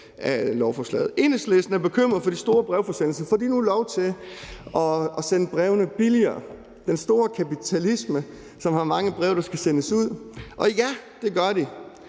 Enhedslisten er bekymret for de store brevforsendelser, for bliver der nu givet lov til at sende brevene billigere – den store kapitalisme, som har mange breve, der skal sendes ud? Og ja, det gør der